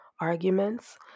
arguments